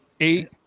eight